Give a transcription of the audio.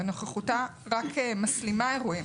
ונוכחותה רק מסלימה את האירוע.